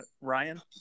Ryan